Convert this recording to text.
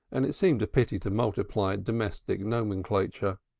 and it seemed a pity to multiply domestic nomenclature.